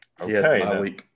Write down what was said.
Okay